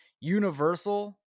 universal